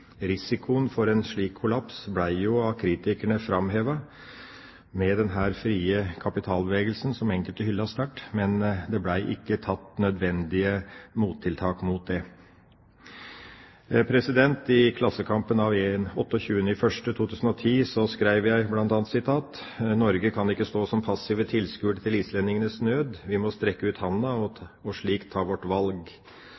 Kritikerne av den frie kapitalbevegelsen som enkelte hyllet sterkt, framhevet risikoen for en slik kollaps, men det ble ikke satt inn nødvendige mottiltak mot det. I Klassekampen 28. januar 2010 skrev jeg bl.a.: «Norge kan ikke stå som passive tilskuere til islendingenes nød. Vi må strekke ut handa – og